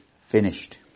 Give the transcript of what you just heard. finished